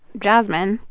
jasmine,